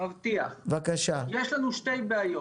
יש לנו שתי בעיות,